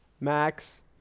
Max